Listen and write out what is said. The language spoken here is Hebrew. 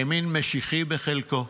ימין משיחי בחלקו,